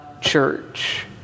church